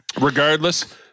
regardless